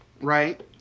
Right